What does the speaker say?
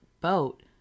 boat